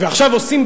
ועכשיו עושים,